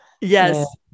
Yes